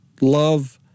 love